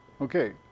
Okay